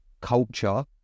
culture